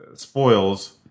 spoils